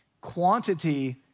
quantity